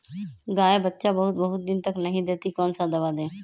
गाय बच्चा बहुत बहुत दिन तक नहीं देती कौन सा दवा दे?